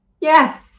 Yes